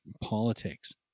politics